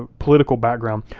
ah political, background,